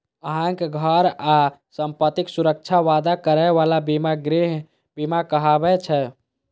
अहांक घर आ संपत्तिक सुरक्षाक वादा करै बला बीमा गृह बीमा कहाबै छै